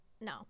No